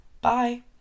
Bye